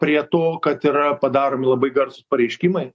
prie to kad yra padaromi labai garsūs pareiškimai